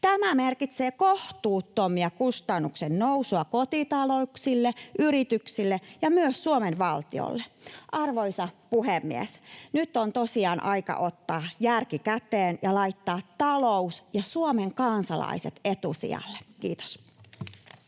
Tämä merkitsee kohtuutonta kustannusten nousua kotitalouksille, yrityksille ja myös Suomen valtiolle. Arvoisa puhemies! Nyt on tosiaan aika ottaa järki käteen ja laittaa talous ja Suomen kansalaiset etusijalle. — Kiitos.